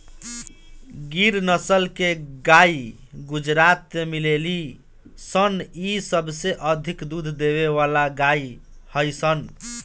गिर नसल के गाई गुजरात में मिलेली सन इ सबसे अधिक दूध देवे वाला गाई हई सन